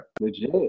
Legit